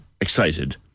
excited